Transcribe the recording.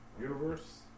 Universe